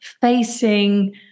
facing